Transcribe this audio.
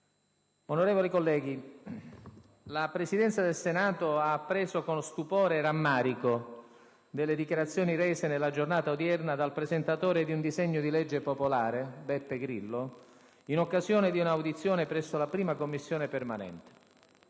Onorevoli colleghi, la Presidenza del Senato ha appreso, con stupore e rammarico, delle dichiarazioni rese nella giornata odierna dal presentatore di un disegno di legge d'iniziativa popolare, Beppe Grillo, in occasione di un'audizione presso la 1ª Commissione permanente.